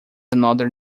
another